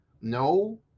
No